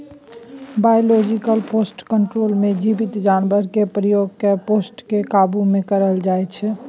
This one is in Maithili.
बायोलॉजिकल पेस्ट कंट्रोल मे जीबित जानबरकेँ प्रयोग कए पेस्ट केँ काबु मे राखल जाइ छै